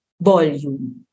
Volume